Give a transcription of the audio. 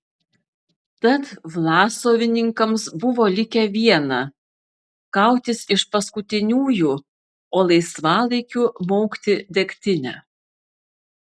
tad vlasovininkams buvo likę viena kautis iš paskutiniųjų o laisvalaikiu maukti degtinę